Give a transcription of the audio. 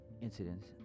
incidents